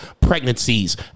pregnancies